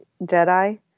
Jedi